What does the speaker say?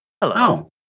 Hello